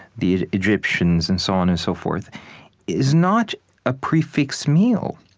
the egyptians, and so on and so forth is not a prix fixe meal.